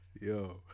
Yo